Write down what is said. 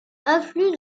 affluent